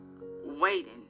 waiting